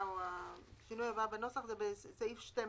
השינוי הבא בנוסח זה בסעיף 12: